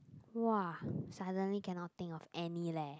!wah! suddenly cannot think of any leh